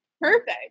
perfect